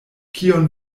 kion